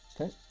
okay